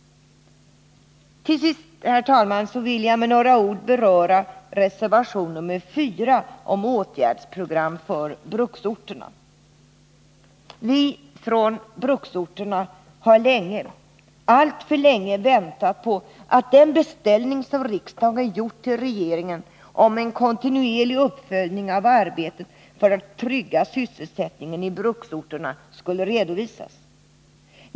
Till sist, herr talman, vill jag med några ord beröra reservation nr 4 om åtgärdsprogram för bruksorterna. Vi från bruksorterna har länge — alltför länge — väntat på att den beställning som riksdagen gjort till regeringen om en kontinuerlig uppföljning av arbetet för tryggande av sysselsättningen i bruksorterna skulle redovisas.